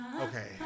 Okay